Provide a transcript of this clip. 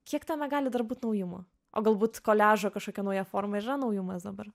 kiek tame gali dar būt naujumo o galbūt koliažo kažkokia nauja forma ir yra naujumas dabar